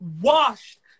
washed